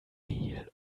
mehl